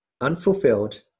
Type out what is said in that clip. unfulfilled